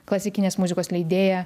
klasikinės muzikos leidėja